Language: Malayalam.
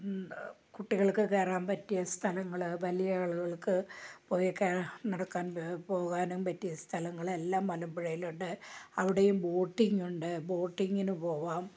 കുട്ടികൾക്ക് കയറാൻ പറ്റിയ സ്ഥലങ്ങൾ വലിയ ആളുകൾക്ക് പോയി കേറി നടക്കാൻ പോകാനും പറ്റിയ സ്ഥലങ്ങൾ എല്ലാം മലമ്പുഴയിലുണ്ട് അവിടെയും ബോട്ടിങ്ങ് ഉണ്ട് ബോട്ടിങ്ങിന് പോവാം